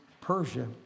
Persia